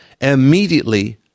Immediately